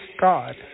God